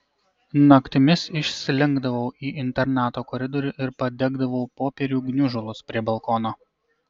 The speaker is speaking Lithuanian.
naktimis išslinkdavau į internato koridorių ir padegdavau popierių gniužulus prie balkono